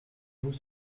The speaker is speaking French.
vous